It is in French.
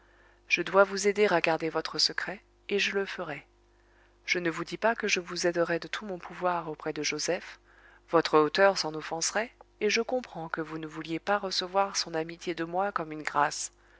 je dois vous aider à garder votre secret et je le ferai je ne vous dis pas que je vous aiderai de tout mon pouvoir auprès de joseph votre hauteur s'en offenserait et je comprends que vous ne vouliez pas recevoir son amitié de moi comme une grâce